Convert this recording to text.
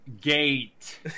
gate